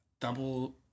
double